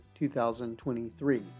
2023